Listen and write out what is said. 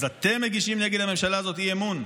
אז אתם מגישים נגד הממשלה הזו אי-אמון?